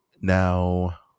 Now